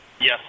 Yes